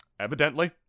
Evidently